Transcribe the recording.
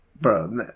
Bro